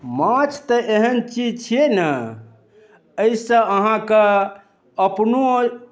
माछ तऽ एहन चीज छियै ने एहिसँ अहाँकेँ अपनहु